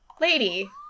Lady